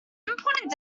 important